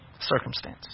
circumstance